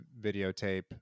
Videotape